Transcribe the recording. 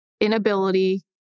inability